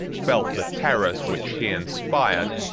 felt the terrors which he inspired,